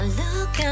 look